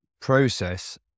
process